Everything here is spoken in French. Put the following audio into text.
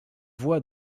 voient